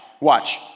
watch